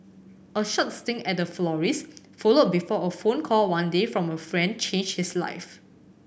a short stint at a florist's followed before a phone call one day from a friend changed his life